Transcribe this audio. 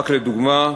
רק לדוגמה,